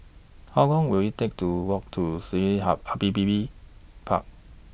How Long Will IT Take to Walk to Sungei Api Api Park